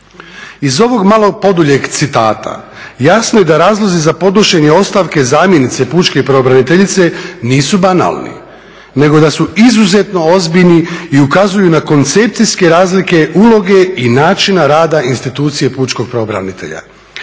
Iz ovog malo poduljeg citata jasno je da razlozi za podnošenje ostavke zamjenice pučke pravobraniteljice nisu banalni, nego da su izuzetno ozbiljni i ukazuju na koncepcijske razlike uloge i načina rada institucije pučkog pravobranitelja.